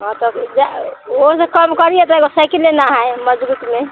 हाँ तब उहो से कम करिए तो एको सइकिल लेना है मज़बूत में